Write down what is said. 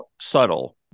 subtle